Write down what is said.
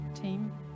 team